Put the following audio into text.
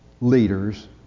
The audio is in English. leaders